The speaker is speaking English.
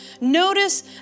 Notice